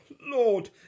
Lord